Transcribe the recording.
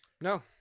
No